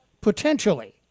potentially